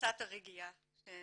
ושנמצא את הרגיעה הנדרשת.